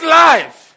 life